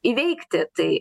įveikti tai